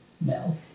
Mel